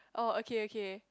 oh okay okay